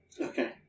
Okay